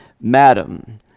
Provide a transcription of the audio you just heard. madam